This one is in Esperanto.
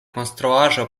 konstruaĵo